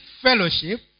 fellowship